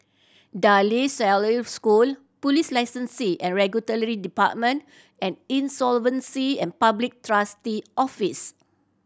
De La Salle School Police Licensing and Regulatory Department and Insolvency and Public Trustee Office